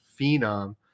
phenom